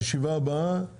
הישיבה ננעלה בשעה